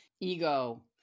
ego